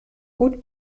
gut